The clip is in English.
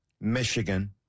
Michigan